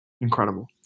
Incredible